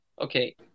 Okay